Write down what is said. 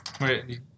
Wait